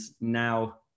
now